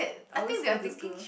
I always go to school